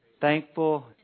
Thankful